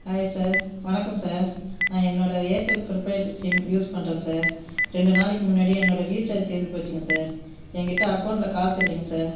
hi sir வணக்கம் sir ஆ என்னோட ஏர்டெல் ப்ரீபெய்டு சிம் யூஸ் பண்ணுறேன் சார் ரெண்டு நாளைக்கு முன்னாடி என்னோட ரீசார்ஜ் தீந்து போச்சிங்க சார் எங்கிட்ட அக்கௌண்ட்டில காசில்லைங்க சார்